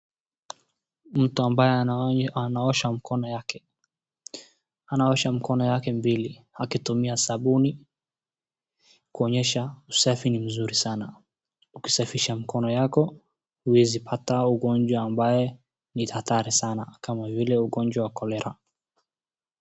Mtu ambaye anaosha mkono yake anaosha mikono yake mbili akitumia sabuni kuonyesha usafi ni nzuri sanaa ukisafisha mikono yako huwezi pata ugonjwa ambayo ni hatari sana kama vile ugonjwa wa cholera .